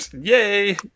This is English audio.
yay